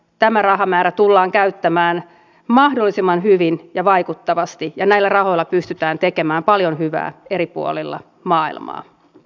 tämä rahamäärä tullaan käyttämään mahdollisimman hyvin ja vaikuttavasti ja näillä rahoilla pystytään tekemään paljon hyvää eri puolilla maailmaa